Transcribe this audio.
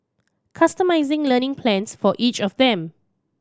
customising learning plans for each of them